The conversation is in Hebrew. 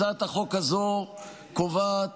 הצעת החוק הזו קובעת